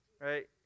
Right